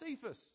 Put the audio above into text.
Cephas